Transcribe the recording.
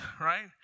right